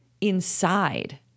inside